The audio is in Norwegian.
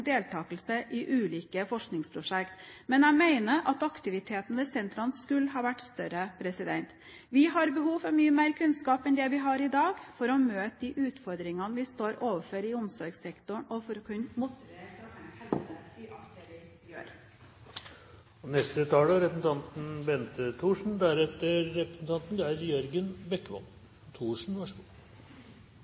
deltakelse i ulike forskningsprosjekt. Men jeg mener at aktiviteten ved sentrene skulle ha vært større. Vi har behov for mye mer kunnskap enn det vi har i dag, for å møte de utfordringene vi står overfor i omsorgssektoren, og for å kunne motivere til å tenke helse i alt det vi gjør.